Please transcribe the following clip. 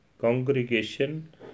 congregation